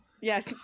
Yes